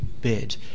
bid